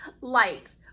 light